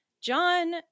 John